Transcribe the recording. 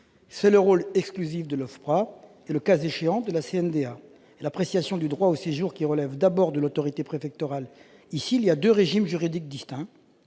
de manière exclusive à l'OFPRA et, le cas échéant, à la CNDA -et l'appréciation du droit au séjour, qui relève d'abord de l'autorité préfectorale. Il y a ici deux régimes juridiques distincts,